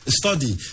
study